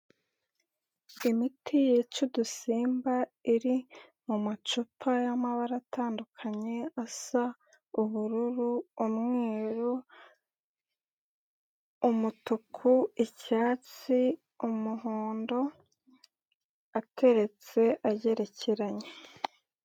Imiti yica udusimba iri mu macupa y'amabara atandukanye asa ubururu, umweru, umutuku, icyatsi, umuhondo, ateretse agerekeranye.